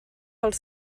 als